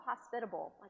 hospitable